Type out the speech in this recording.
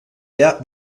sehr